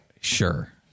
Sure